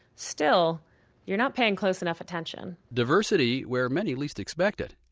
still you're not paying close enough attention. diversity where many least expect it.